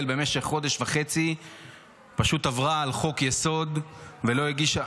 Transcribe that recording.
במשך חודש וחצי עברה על חוק-יסוד ולא הגישה